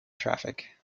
traffic